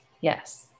Yes